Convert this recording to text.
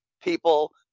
people